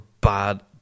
bad